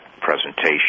presentation